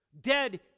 Dead